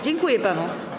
Dziękuję panu.